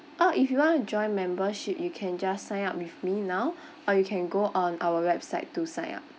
ah if you want to join membership you can just sign up with me now or you can go on our website to sign up